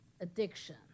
addiction